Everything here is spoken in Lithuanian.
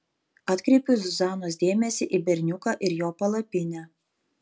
atkreipiu zuzanos dėmesį į berniuką ir jo palapinę